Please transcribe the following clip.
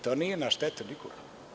To nije na štetu nikoga.